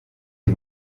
die